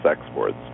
exports